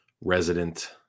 resident